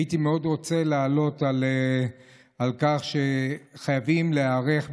הייתי מאוד רוצה לדבר על כך שחייבים להיערך,